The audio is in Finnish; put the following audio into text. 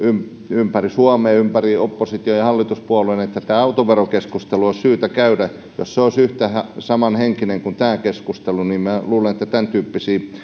ympäri suomea ympäri oppositio ja hallituspuolueiden että tämä autoverokeskustelu olisi syytä käydä jos se olisi yhtään samanhenkinen kuin tämä keskustelu niin minä luulen että tämäntyyppisiä